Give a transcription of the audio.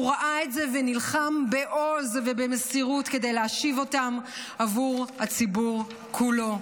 הוא ראה את זה ונלחם בעוז ובמסירות כדי להשיב אותם עבור הציבור כולו.